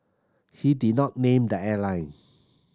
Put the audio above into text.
he did not name the airline